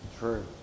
True